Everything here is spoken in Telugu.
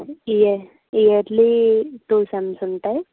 ఇయర్ ఇయర్లీ టూ సెమ్స్ ఉంటాయి